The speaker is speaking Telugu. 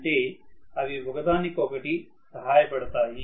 అంటే అవి ఒకదానికొకటి సహాయపడతాయి